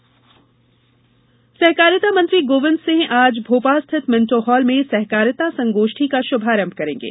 सहकारिता संगोष्ठी सहकारिता मंत्री गोविंद सिंह आज भोपाल स्थित मिंटो हाल में सहकारिता संगोष्ठी का श्भारंभ करेंगे